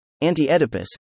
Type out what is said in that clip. Anti-Oedipus